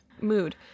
Mood